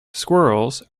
squirrels